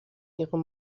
ihre